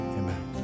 amen